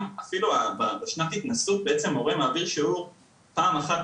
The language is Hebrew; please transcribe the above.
גם אפילו בשנת התנסות בעצם מורה מעביר שיעור פעם אחת,